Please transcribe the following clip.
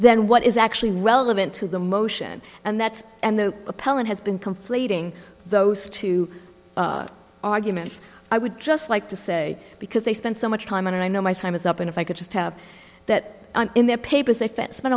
then what is actually relevant to the motion and that and the appellant has been conflating those two arguments i would just like to say because they spent so much time and i know my time is up and if i could just have that in their papers